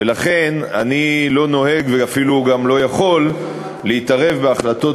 לכן אני לא נוהג ואפילו לא יכול להתערב בהחלטות